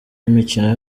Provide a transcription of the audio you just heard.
imikino